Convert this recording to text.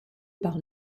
par